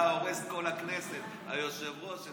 אתה הורס את כל הכנסת, היושב-ראש.